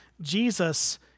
Jesus